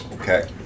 Okay